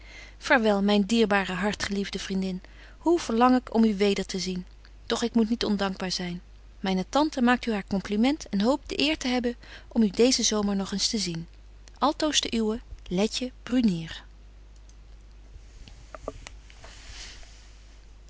vaarwel myn dierbare hartgeliefde vriendin hoe verlang ik om u weder te zien doch ik moet niet ondankbaar zyn myne tante maakt u haar compliment en hoopt de eer te hebben om u deezen zomer nog eens te zien altoos de uwe betje